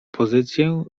pozycję